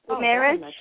marriage